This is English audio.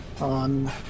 on